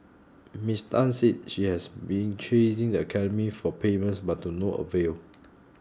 Miss Tan said she has been chasing the academy for payments but to no avail